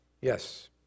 Yes